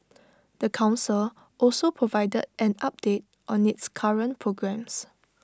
the Council also provided an update on its current programmes